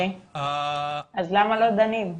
אז למה לא דנים?